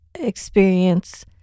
experience